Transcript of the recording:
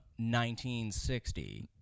1960